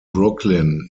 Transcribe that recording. brooklyn